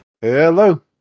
Hello